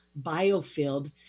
Biofield